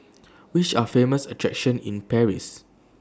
Which Are Famous attractions in Paris